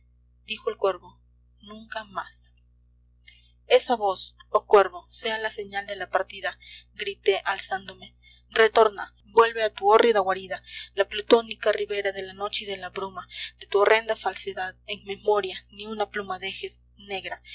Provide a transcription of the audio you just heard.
dijo el cuervo nunca más esa voz oh cuervo sea la señal de la partida grité alzándome retorna vuelve a tu hórrida guarida la plutónica ribera de la noche y de la bruma de tu horrenda falsedad en memoria ni una pluma dejes negra